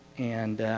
and